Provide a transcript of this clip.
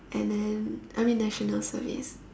and then I mean National Service